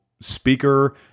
speaker